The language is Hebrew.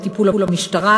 בטיפול המשטרה,